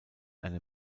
eine